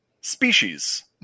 Species